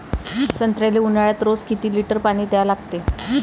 संत्र्याले ऊन्हाळ्यात रोज किती लीटर पानी द्या लागते?